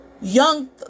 Young